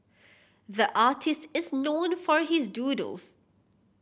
the artist is known for his doodles